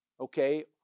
okay